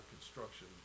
construction